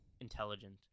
intelligent